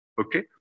okay